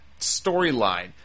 storyline